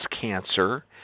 cancer